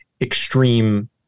extreme